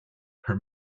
her